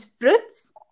fruits